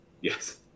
Yes